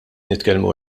nitkellmu